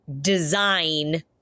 design